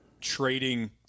trading